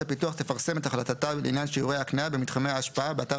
הפיתוח תפרסם את החלטתה לעניין שיעורי ההקניה במתחמי ההשפעה באתר